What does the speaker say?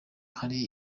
hari